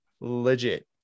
legit